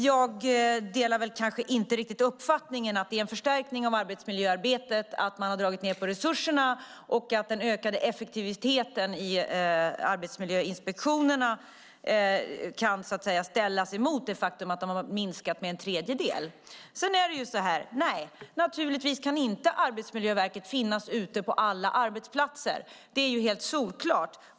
Jag delar kanske inte riktigt uppfattningen att det är en förstärkning av arbetsmiljöarbetet att man har dragit ned på resurserna och att den ökade effektiviteten i arbetsmiljöinspektionerna så att säga kan ställas emot det faktum att de har minskat med en tredjedel. Nej, naturligtvis kan inte Arbetsmiljöverket finnas ute på alla arbetsplatser. Det är solklart.